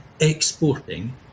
exporting